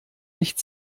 nicht